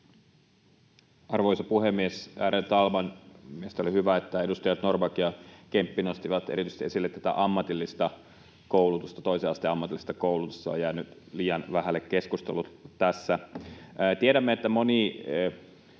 Arvoisa puhemies, ärade talman! Mielestäni oli hyvä, että edustajat Norrback ja Kemppi nostivat esille erityisesti tätä ammatillista koulutusta, toisen asteen ammatillista koulutusta. Se on jäänyt liian vähälle keskustelulle tässä. Tiedämme, että moni